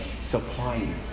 supplying